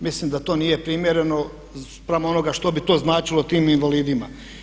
Mislim da to nije primjereno spram onoga što bi to značilo tim invalidima.